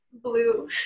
blue